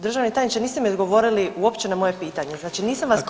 Državni tajniče niste mi odgovorili uopće na moje pitanje, znači nisam vas pitala